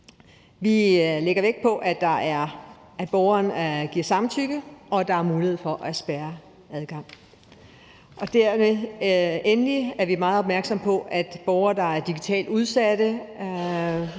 Vi lægger vægt på, at borgeren giver samtykke, og at der er mulighed for at spærre for adgangen til oplysninger . Endelig er vi meget opmærksomme på, at der i forhold til borgere, der er digitalt udsatte,